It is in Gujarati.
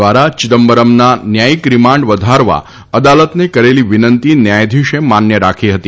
દ્વારા ચિદમ્બરમના ન્યાયીક રીમાના વધારવા અદાલતને કરેલી વિનંતી ન્યાયાધીશે માન્ય રાખી હતી